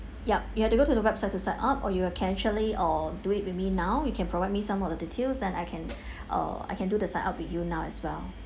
yup you have to go to the website to set up or you can actually or do it with me now you can provide me some of the details then I can uh I can do the sign up with you now as well